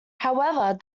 however